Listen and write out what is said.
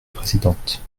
présidente